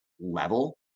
level